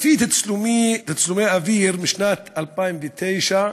לפי תצלומי אוויר משנת 2009,